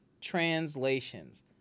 translations